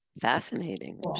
fascinating